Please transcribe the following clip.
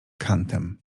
kantem